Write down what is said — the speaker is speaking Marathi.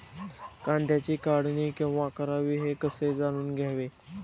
कांद्याची काढणी केव्हा करावी हे कसे जाणून घ्यावे?